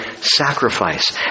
sacrifice